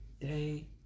day